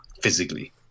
physically